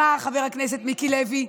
חבר הכנסת מיקי לוי,